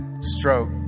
stroke